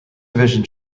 division